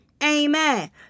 Amen